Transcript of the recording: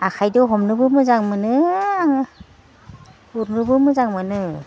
आखाइदो हमनोबो मोजां मोनो आङो गुरनोबो मोजां मोनो